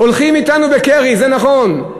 הולכים אתנו בקרי, זה נכון.